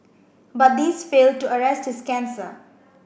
but these failed to arrest his cancer